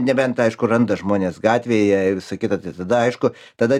nebent aišku randa žmonės gatvėje ir visa kita tai tada aišku tada